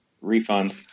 refund